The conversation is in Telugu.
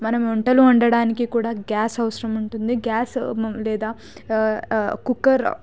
మనం వంటలు వండడానికి కూడా గ్యాస్ అవసరం ఉంటుంది గ్యాస్ లేదా కుక్కర్